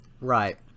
Right